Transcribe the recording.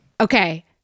Okay